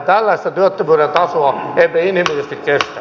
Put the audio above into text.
tällaista työttömyyden tasoa emme inhimillisesti kestä